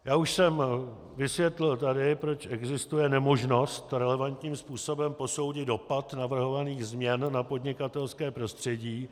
Já už jsem tady vysvětlil, proč existuje nemožnost relevantním způsobem posoudit dopad navrhovaných změn na podnikatelské prostředí.